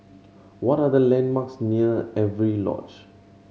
what are the landmarks near Avery Lodge